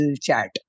chat